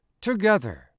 together